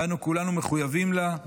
ואנו כולנו מחויבים לה.